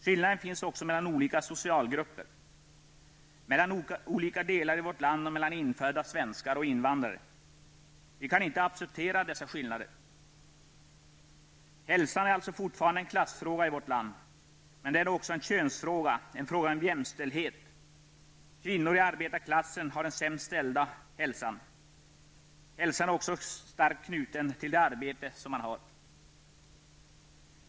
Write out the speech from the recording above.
Skillnader finns också mellan olika socialgrupper, mellan olika delar av vårt land och mellan infödda svenskar och invandrare. Vi kan inte acceptera dessa skillnader. Hälsan är alltså fortfarande en klassfråga i vårt land. Men den är också en könsfråga, en fråga om jämställdhet. Kvinnor i arbetarklassen har den sämsta hälsan. Hälsan är också starkt knuten till det arbete man har.